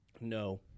no